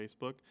facebook